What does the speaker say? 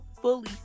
fully